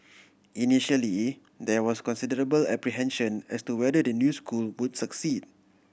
initially there was considerable apprehension as to whether the new school would succeed